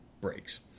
breaks